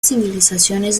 civilizaciones